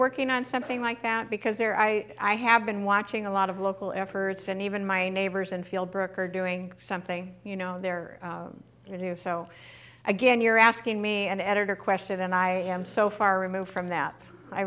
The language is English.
working on something like that because there i i have been watching a lot of local efforts and even my neighbors and feel brooke are doing something you know they're going to show again you're asking me an editor question and i am so far removed from that i